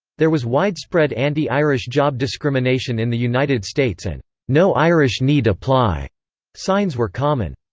there was widespread anti-irish job discrimination in the united states and no irish need apply signs were common.